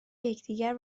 یکدیگر